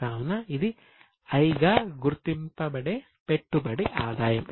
కావున ఇది 'I' గా గుర్తింపబడే పెట్టుబడి ఆదాయం